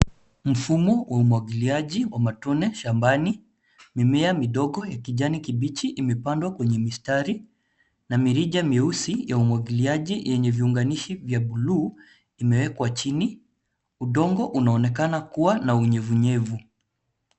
Mfumo wa umwagiliaji wa matone shambani. Mimea midogo ya kijani kibichi imepandwa kwenye mistari. Na mirija mieusi ya umwagiliaji yenye viunganishi vya buluu imewekwa chini. Udongo unaonekana kuwa na unyevunyevu.